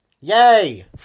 Yay